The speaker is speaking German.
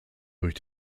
durch